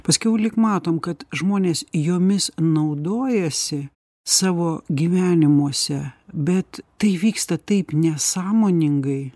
paskiau lyg matom kad žmonės jomis naudojasi savo gyvenimuose bet tai vyksta taip nesąmoningai